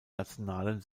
nationalen